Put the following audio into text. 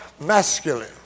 masculine